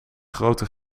grote